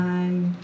Time